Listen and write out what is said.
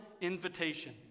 invitation